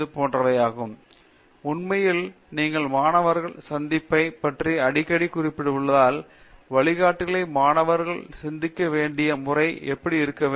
பேராசிரியர் பிரதாப் ஹரிதாஸ் சரி உண்மையில் நீங்கள் மாணவர் சந்திப்பைப் பற்றி அடிக்கடி குறிப்பிட்டுள்ளதால் வழிகாட்டிகளை மாணவர்கள் சந்திக்க வேண்டிய முறை எப்படி இருக்க வேண்டும்